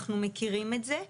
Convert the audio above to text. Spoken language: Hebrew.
אנחנו מכירים את זה.